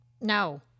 no